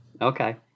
Okay